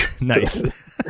Nice